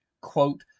quote